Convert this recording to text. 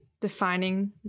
defining